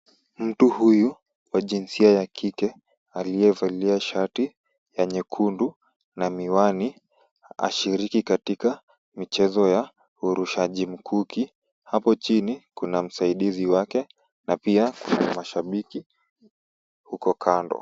Mtu huyu wa jinsia ya kike aliyevalia shati ya nyekundu na miwani, ashiriki katika michezo ya urushaji mkuki. Hapo chini kuna msaidizi wake na pia mashabiki huko kando.